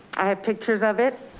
i have pictures of it.